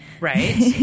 Right